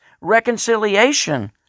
reconciliation